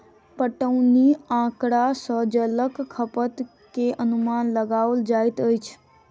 पटौनी आँकड़ा सॅ जलक खपत के अनुमान लगाओल जाइत अछि